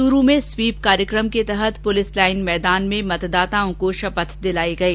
चूरू में स्वीप कार्यक्रम के तहत पुलिस लाइन मैदान में मतदाताओं को शपथ दिलायी गयी